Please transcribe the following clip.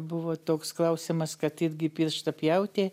buvo toks klausimas kad irgi pirštą pjauti